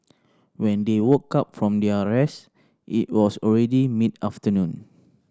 when they woke up from their rest it was already mid afternoon